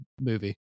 movie